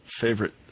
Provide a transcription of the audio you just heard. favorite